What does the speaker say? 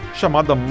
chamada